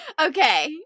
Okay